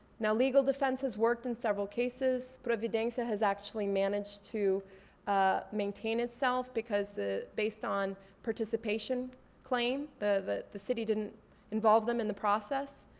now legal defenses worked in several cases. providencia has actually managed to maintain itself because based based on participation claim, the the city didn't involve them in the process.